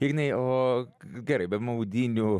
ignai o gerai be maudynių